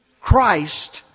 Christ